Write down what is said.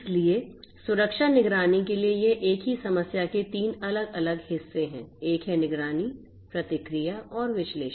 इसलिए सुरक्षा निगरानी के लिए ये एक ही समस्या के तीन अलग अलग हिस्से हैं एक है निगरानी प्रतिक्रिया और विश्लेषण